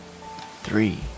three